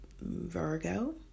Virgo